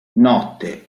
notte